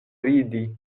ridi